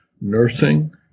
nursing